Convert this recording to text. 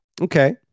okay